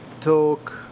talk